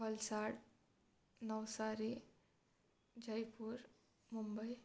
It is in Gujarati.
વલસાડ નવસારી જયપુર મુંબઈ